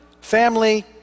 family